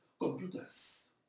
computers